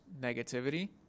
negativity